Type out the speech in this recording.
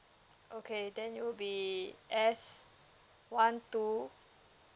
okay then it'll be S one two